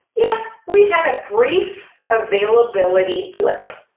yeah, we had a brief availability blip.